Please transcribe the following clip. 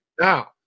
Now